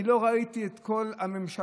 אני לא ראיתי את כל הממשלה,